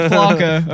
Flocka